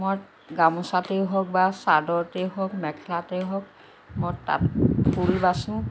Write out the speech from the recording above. মই গামোছাতেই হওঁক বা চাদৰতেই হওঁক মেখেলাতেই হওঁক মই তাত ফুল বাচোঁ